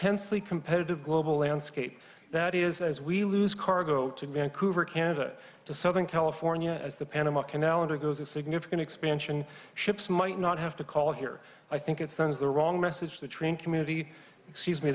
tensely competitive global landscape that is as we lose cargo to vancouver canada to southern california as the panama canal undergoes a significant expansion ships might not have to call here i think it sends the wrong message to the train community excuse me